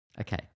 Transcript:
okay